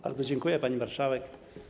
Bardzo dziękuję, pani marszałek.